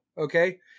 Okay